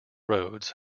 rhodes